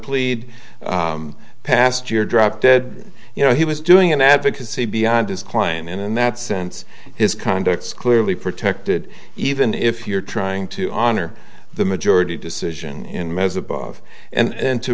plead past year drop dead you know he was doing an advocacy beyond his client and in that sense his conduct is clearly protected even if you're trying to honor the majority decision in ms above and to